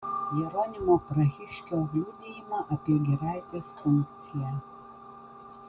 jeronimo prahiškio liudijimą apie giraitės funkciją